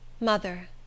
Mother